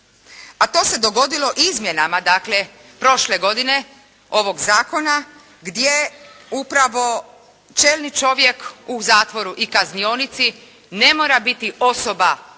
a to se dogodilo izmjenama dakle prošle godine ovog zakona gdje upravo čelni čovjek u zatvoru i kaznionici ne mora biti osoba od